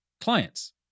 clients